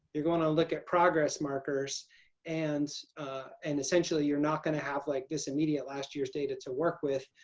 you're going to look at progress markers and and essentially you're not going to have like this immediate last year's data to work with.